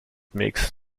makes